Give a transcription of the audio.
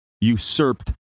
usurped